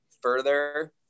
further